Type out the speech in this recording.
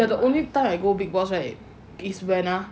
ya the only time I go big boss right is when ah